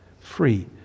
free